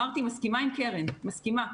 דעתי,